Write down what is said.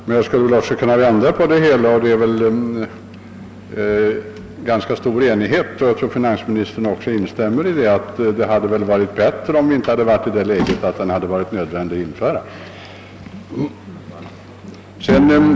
Man skulle också kunna vända på det och säga att det råder ganska stor enighet, och jag tror att också finansministern instämmer i att det hade varit bättre, om vi inte råkat i det läget att det varit nödvändigt att införa denna avgift.